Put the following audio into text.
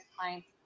clients